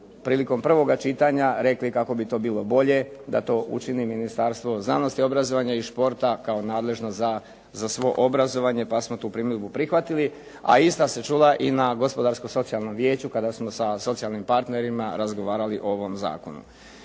prilikom prvog čitanja rekli kako bi to bilo bolje da to učini Ministarstvo znanosti, obrazovanja i športa kao nadležno za svo obrazovanje, pa smo tu primjedbu prihvatili, a ista se čula na Gospodarsko socijalnom vijeću kada smo sa socijalnim partnerima razgovarali o ovom zakonu.